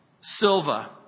Silva